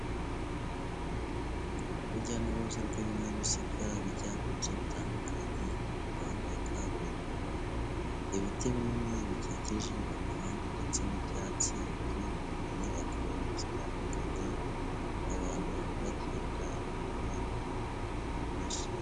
Urujya n'uruza rw'ibinyabiziga bijya mu bice bitandukanye mu muhanda wa kaburimbo, ibiti binini bikikije umuhanda ndetse n'ibyatsi biri mu nyubako zitandukanye, abantu bagenda mu muhanda bishimye.